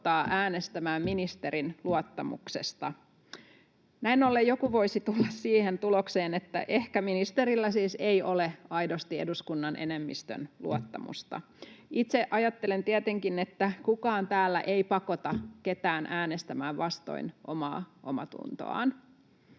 äänestämään ministerin luottamuksesta. Näin ollen joku voisi tulla siihen tulokseen, että ehkä ministerillä siis ei ole aidosti eduskunnan enemmistön luottamusta. Itse ajattelen tietenkin, että kukaan täällä ei pakota ketään äänestämään vastoin omaatuntoaan.